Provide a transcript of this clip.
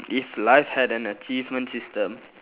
if life had an achievement system